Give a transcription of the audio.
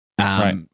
Right